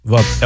Wat